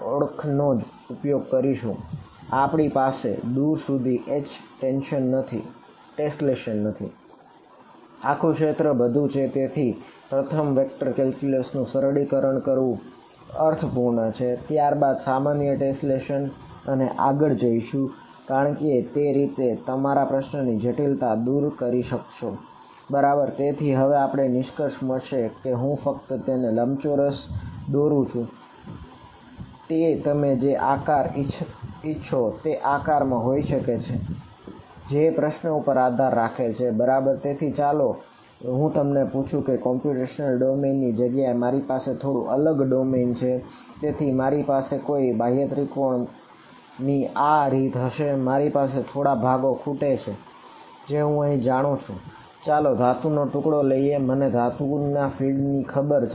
આખું ક્ષેત્ર બધું છે તેથી પ્રથમ આખા વેક્ટર કેલ્ક્યુલસ ની ખબર છે